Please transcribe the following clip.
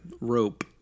rope